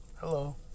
Hello